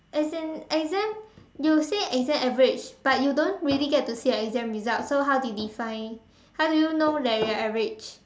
as in exam you say exams average but you don't really get to see your exam results so how did you define how do you know that you are average